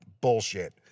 Bullshit